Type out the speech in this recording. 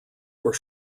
were